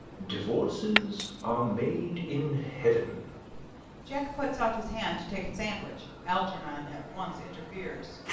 divorces are made in heaven jack puts out his hand to take a sandwich. algernon at once interferes.